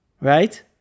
right